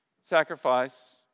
sacrifice